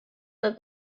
that